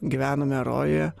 gyvenome rojuje